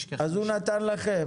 אז הוא נתן לכם.